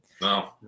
No